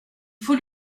faut